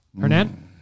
Hernan